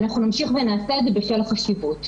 אנחנו נמשיך ונעשה את זה בשל החשיבות.